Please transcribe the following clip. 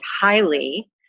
highly